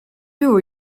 było